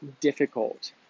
difficult